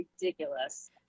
ridiculous